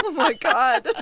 my god,